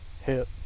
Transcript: hit